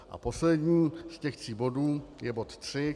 A poslední ze tří bodů je bod tři.